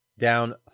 Down